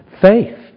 Faith